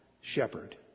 shepherd